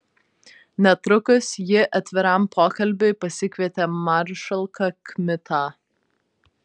netrukus ji atviram pokalbiui pasikvietė maršalką kmitą